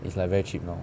it's like very cheap now